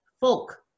folk